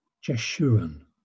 Jeshurun